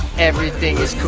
everything is